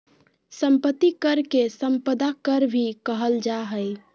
संपत्ति कर के सम्पदा कर भी कहल जा हइ